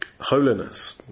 holiness